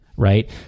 right